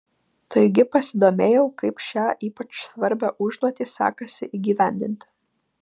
taigi pasidomėjau kaip šią ypač svarbią užduotį sekasi įgyvendinti